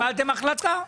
מהיום שקבילתם החלטה.